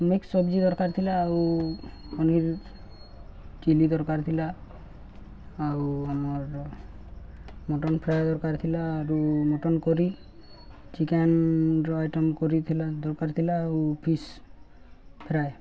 mix sabzi ଦରକାର ଥିଲା ଆଉ ପନିର ଚିଲ୍ଲି ଦରକାର ଥିଲା ଆଉ ଆମର ମଟନ ଫ୍ରାଏ ଦରକାର ଥିଲା ଆରୁ ମଟନ କରି ଚିକେନ୍ର ଆଇଟମ୍ କରିଥିଲା ଦରକାର ଥିଲା ଆଉ ଫିସ୍ ଫ୍ରାଏ